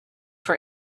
for